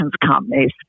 companies